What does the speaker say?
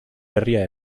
berria